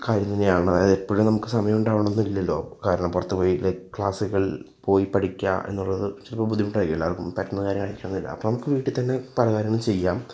കാര്യം തന്നെയാണ് അതായത് എപ്പഴും നമുക്ക് സമയം ഉണ്ടാവണം എന്നില്ലല്ലോ കാരണം പുറത്ത് പോയി ക്ലാസുകൾ പോയി പഠിക്കുക എന്നുള്ളത് ഇത്തിരി ബുദ്ധിമുട്ടായിരിക്കും എല്ലാവർക്കും പറ്റുന്ന കാര്യമായിരിക്കില്ല അപ്പം നമുക്ക് വീട്ടിൽ തന്നെ പല കാര്യങ്ങൾ ചെയ്യാം